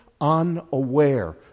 unaware